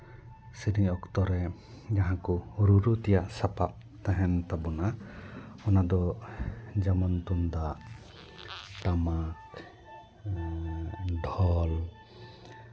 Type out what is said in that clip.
ᱥᱮᱨᱮᱧ ᱚᱠᱛᱚ ᱨᱮ ᱡᱟᱦᱟᱸ ᱠᱚ ᱨᱩᱨᱩ ᱛᱮᱭᱟᱜ ᱥᱟᱯᱟᱯ ᱛᱟᱦᱮᱱ ᱛᱟᱵᱚᱱᱟ ᱚᱱᱟ ᱫᱚ ᱡᱮᱢᱚᱱ ᱛᱩᱢᱫᱟᱜ ᱴᱟᱢᱟᱠ ᱰᱷᱚᱞ